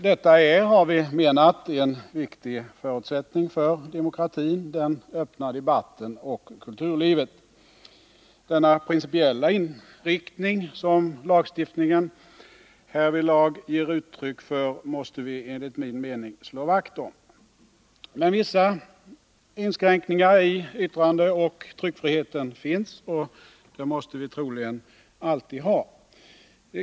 Vi har menat att detta är en viktig förutsättning för demokratin, den öppna debatten och kulturlivet. Den principiella inriktning som lagstiftningen härvidlag ger uttryck för måste vi, enligt min mening, slå vakt om. Det finns emellertid vissa inskränkningar i yttrandeoch tryckfriheten, och troligen måste vi alltid ha sådana.